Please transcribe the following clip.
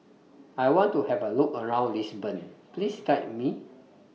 I want to Have A Look around Lisbon Please Guide Me